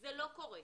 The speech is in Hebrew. זה לא קורה.